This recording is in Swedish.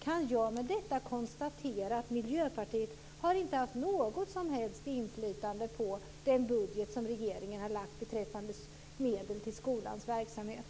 Kan jag med detta konstatera att Miljöpartiet inte har haft något som helst inflytande på den budget som regeringen har lagt beträffande medel till skolans verksamhet?